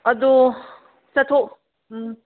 ꯑꯗꯣ ꯆꯠꯊꯣꯛ ꯎꯝ